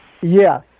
Yes